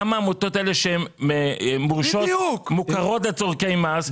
כמה עמותות כאלה שהם מורשות ומוכרות לצורכי מס,